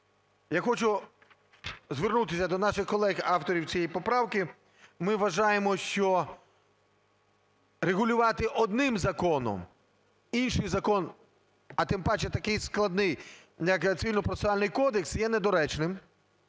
Я хочу звернутися до наших колег, авторів цієї поправки, ми вважаємо, що регулювати одним законом інший закон, а тим паче такий складний, як Цивільно-процесуальний